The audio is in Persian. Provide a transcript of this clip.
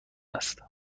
است